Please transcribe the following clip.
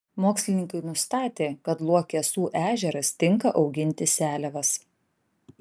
mokslininkai nustatė kad luokesų ežeras tinka auginti seliavas